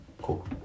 cool